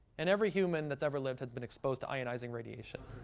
and every human that's ever lived had been exposed to ionizing radiation.